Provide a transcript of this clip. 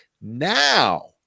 now